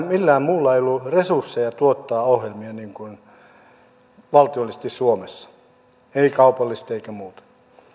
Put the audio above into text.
millään muulla ei ollut resursseja tuottaa ohjelmia valtiollisesti suomessa ei kaupallisesti eikä muuten